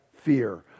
fear